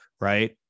Right